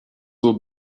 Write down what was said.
will